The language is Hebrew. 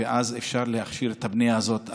ואז אפשר להכשיר את הבנייה הזאת.